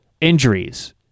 injuries